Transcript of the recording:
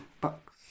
box